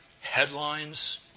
headlines